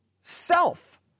Self